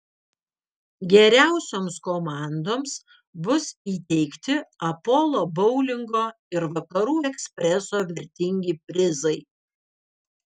geriausioms komandoms bus įteikti apolo boulingo ir vakarų ekspreso vertingi prizai